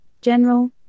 general